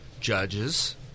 judges